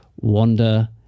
wander